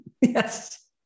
Yes